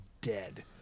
dead